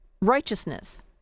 righteousness